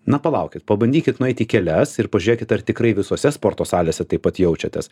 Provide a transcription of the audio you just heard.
na palaukit pabandykit nueit į kelias ir pažiūrėkit ar tikrai visose sporto salėse taip pat jaučiatės